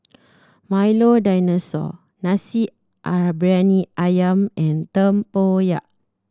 Milo Dinosaur nasi ah briyani ayam and tempoyak